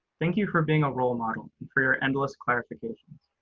thank you for being a role model and for your endless clarifications.